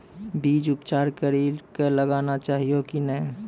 बीज उपचार कड़ी कऽ लगाना चाहिए कि नैय?